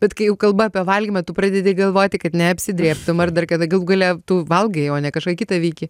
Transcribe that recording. bet kai jau kalba apie valgymą tu pradedi galvoti kad neapsidrėbtum ar dar kada galų gale tu valgai o ne kažką kitą veiki